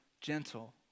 gentle